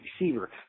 receiver